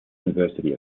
university